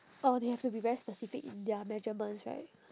oh they have to be very specific in their measurements right